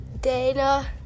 Dana